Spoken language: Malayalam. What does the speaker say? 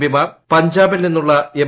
പി മാർ പഞ്ചാബിൽ നിന്നുള്ള എം